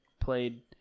played